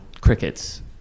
crickets